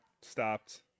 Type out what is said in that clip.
stopped